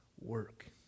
work